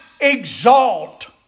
exalt